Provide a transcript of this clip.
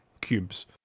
cubes